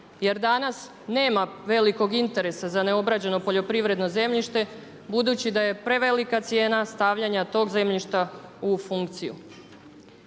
Jer danas nema velikog interesa za neobrađeno poljoprivredno zemljište budući da je prevelika cijena stavljanja tog zemljišta u funkciju.